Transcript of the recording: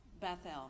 Bethel